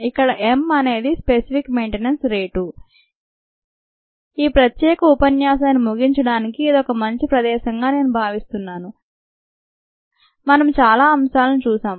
ఇక్కడ m అనేది specific maintenance rate ఈ ప్రత్యేక ఉపన్యాసాన్ని ముగించడానికి ఇది ఒక మంచి ప్రదేశం గా నేను భావిస్తున్నాను మనము చాలా అంశాలను చూశాము